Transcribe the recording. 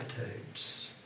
attitudes